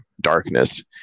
darkness